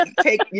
take